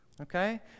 okay